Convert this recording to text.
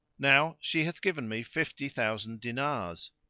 now she hath given me fifty thousand dinars,